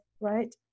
right